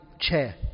chair